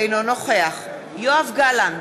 אינו נוכח יואב גלנט,